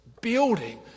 building